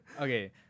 Okay